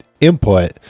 input